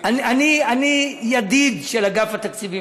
אני ידיד של אגף התקציבים